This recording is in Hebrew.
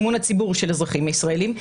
אמון הציבור של אזרחים ישראלים,